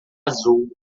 azul